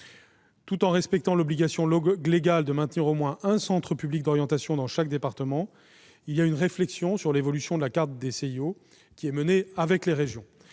Tout en respectant l'obligation légale de maintenir au moins un centre public d'orientation dans chaque département, une réflexion sur l'évolution de la carte des CIO est menée avec les régions,